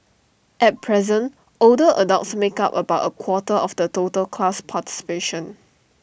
at present older adults make up about A quarter of the total class participation